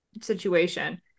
situation